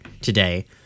today